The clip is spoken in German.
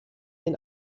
den